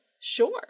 Sure